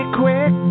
quick